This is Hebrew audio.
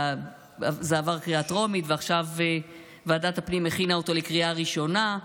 זה עבר קריאה טרומית ועכשיו ועדת הפנים הכינה אותו לקריאה ראשונה.